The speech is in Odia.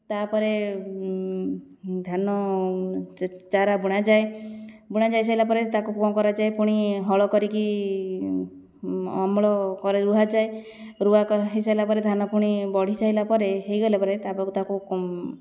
ତାପରେ ଧାନ ଚାରା ବୁଣାଯାଏ ବୁଣାଯାଇସାରିଲାପରେ ତାକୁ କ'ଣ କରାଯାଏ ପୁଣି ହଳ କରିକି ଅମଳ ରୁଆଯାଏ ରୁଆ କରାହେଇସାରିଲା ପରେ ଧାନ ପୁଣି ବଢ଼ିସାଇଲାପରେ ହେଇଗଲାପରେ ତାପରେ ତାକୁ